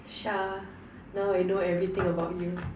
Shah now I know everything about you